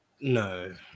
No